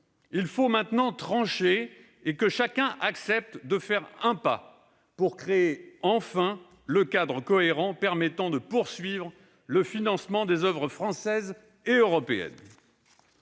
il faut maintenant trancher, et chacun doit accepter de faire un pas, pour créer, enfin, le cadre cohérent permettant de poursuivre le financement des oeuvres françaises et européennes.